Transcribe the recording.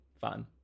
Fun